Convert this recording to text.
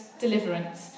deliverance